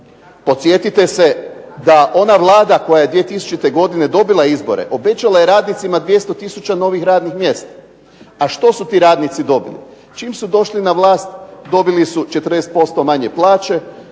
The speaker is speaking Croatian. Podsjetite se da ona Vlada koja je 2000. godine dobila izbore obećala je radnicima 200 tisuća novih radnih mjesta, a što su ti radnici dobili. Čim su došli na vlast, dobili su 40% manje plaće,